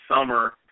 summer